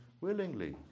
willingly